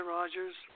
Rogers